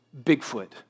Bigfoot